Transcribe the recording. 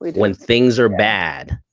when things are bad,